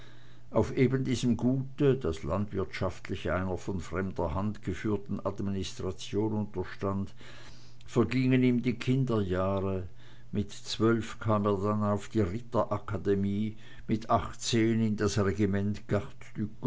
auf eben diesem gute das landwirtschaftlich einer von fremder hand geführten administration unterstand vergingen ihm die kinderjahre mit zwölf kam er dann auf die ritterakademie mit achtzehn in das regiment